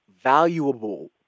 valuable